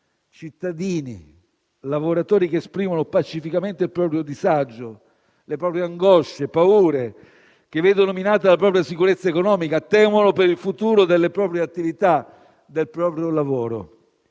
cittadini e lavoratori che esprimono pacificamente il proprio disagio, le proprie angosce e paure, che vedono minata la propria sicurezza economica e temono per il futuro delle proprie attività e del proprio lavoro.